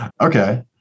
Okay